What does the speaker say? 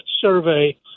survey